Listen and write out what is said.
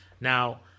Now